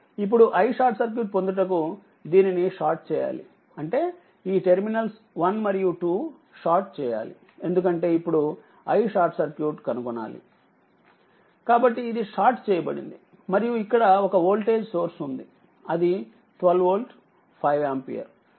ఇప్పుడు isc పొందుటకు దీనిని షార్ట్ చేయాలి అంటే ఈ టెర్మినల్స్1 మరియు 2 షార్ట్ చేయాలి ఎందుకంటే ఇప్పుడు isc కనుగొనాలి కాబట్టి ఇది షార్ట్ చేయబడిందిమరియుఇక్కడ ఒక వోల్టేజ్సోర్స్ఉందిఅది 12వోల్ట్5ఆంపియర్